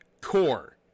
Core